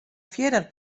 fierder